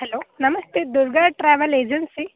hello ನಮಸ್ತೆ Durga travel agency